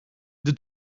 the